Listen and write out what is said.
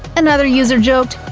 another user joked,